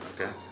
Okay